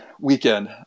weekend